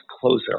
closer